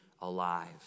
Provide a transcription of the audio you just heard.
alive